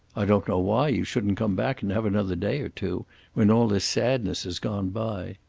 i don't know why you shouldn't come back and have another day or two when all this sadness has gone by.